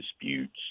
disputes